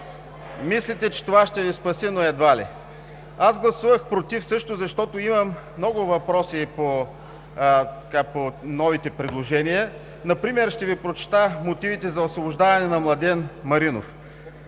Мислите, че това ще Ви спаси, но едва ли. Аз гласувах „против“ също, защото имам много въпроси по новите предложения. Например ще Ви прочета мотивите за освобождаване на Младен Маринов.